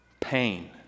Pain